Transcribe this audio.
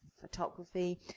photography